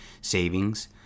savings